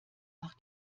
nach